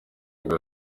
ngo